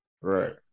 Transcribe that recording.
Right